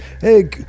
Hey